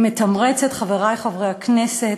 והיא מתמרצת, חברי חברי הכנסת,